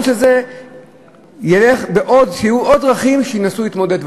של זה יהיה בעוד דרכים שינסו להתמודד,